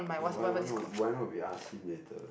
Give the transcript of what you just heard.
eh why why not why not we ask him later